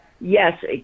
yes